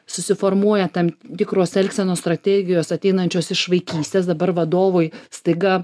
susiformuoja tam tikros elgsenos strategijos ateinančios iš vaikystės dabar vadovui staiga